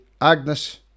Agnes